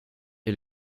est